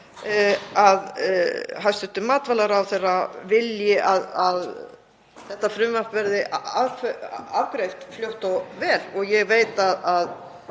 að hæstv. matvælaráðherra vilji að þetta frumvarp verði afgreitt fljótt og vel og ég veit að